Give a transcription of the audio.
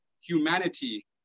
humanity